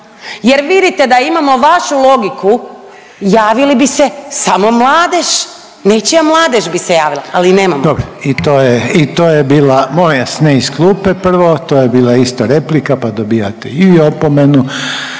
jer vidite, da imamo vašu logiku, javili bi se samo mladež, nečija mladež bi se javila. Ali nemamo. **Reiner, Željko (HDZ)** Dobro i to je, i to je bila, molim vas, ne iz klupe prvo, to je bila isto replika pa dobijate i vi opomenu.